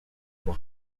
doit